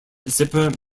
zipper